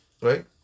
Right